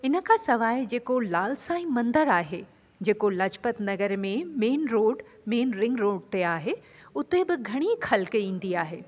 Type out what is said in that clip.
इनखां सवाइ जेको लाल साई मन्दर आहे जेको लाजपत नगर में main road main ring road ते आहे उते बि घणी ख़लक ईंदी आहे